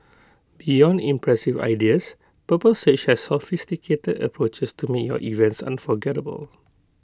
beyond impressive ideas purple sage has sophisticated approaches to make your events unforgettable